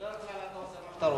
בדרך כלל אתה עושה מה שאתה רוצה.